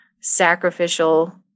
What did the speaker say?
sacrificial